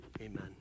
amen